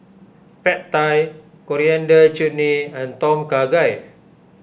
Pad Thai Coriander Chutney and Tom Kha Gai